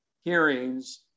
hearings